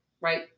Right